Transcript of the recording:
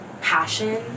passion